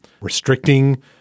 Restricting